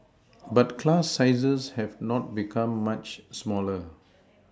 but class sizes have not become much smaller